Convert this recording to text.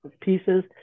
pieces